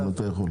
אם אתה יכול.